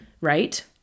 right